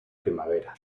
primavera